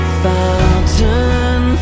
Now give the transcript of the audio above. fountain